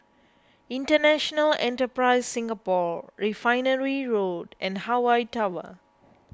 International Enterprise Singapore Refinery Road and Hawaii Tower